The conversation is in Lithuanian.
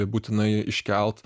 būtinai iškelt